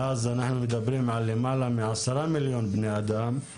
ואז אנחנו מדברים על למעלה מ-10 מיליון בני אדם.